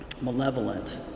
malevolent